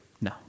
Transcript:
No